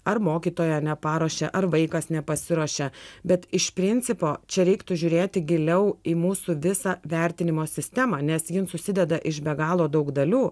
ar mokytoja neparuošė ar vaikas nepasiruošė bet iš principo čia reiktų žiūrėti giliau į mūsų visą vertinimo sistemą nes jin susideda iš be galo daug dalių